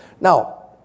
Now